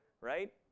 right